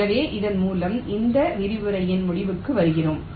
எனவே இதன் மூலம் இந்த விரிவுரையின் முடிவுக்கு வருகிறோம்